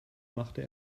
machte